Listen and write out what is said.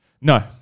No